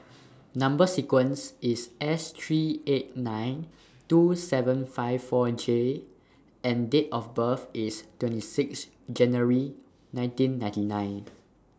Number sequence IS S three eight nine two seven five four J and Date of birth IS twenty six January nineteen ninety nine